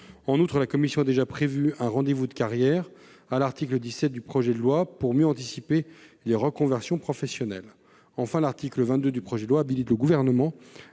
En outre, la commission a déjà prévu un rendez-vous de carrière, à l'article 17 du projet de loi, pour mieux anticiper les reconversions professionnelles. Enfin, l'article 22 du présent texte habilite le Gouvernement